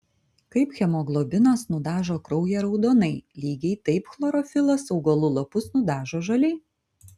kaip hemoglobinas nudažo kraują raudonai lygiai taip chlorofilas augalų lapus nudažo žaliai